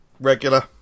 Regular